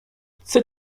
chcę